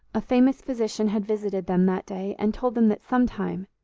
a famous physician had visited them that day, and told them that sometime,